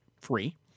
free